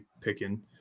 picking